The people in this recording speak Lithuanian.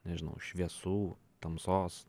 nežinau šviesų tamsos